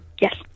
yes